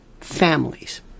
families